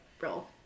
roll